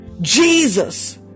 Jesus